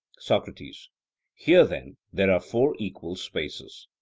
socrates here, then, there are four equal spaces?